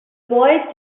boy